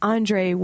Andre